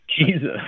Jesus